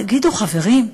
תגידו, חברים,